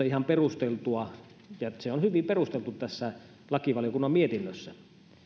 ihan perusteltua ja se on hyvin perusteltu tässä lakivaliokunnan mietinnössä